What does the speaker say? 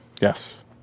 Yes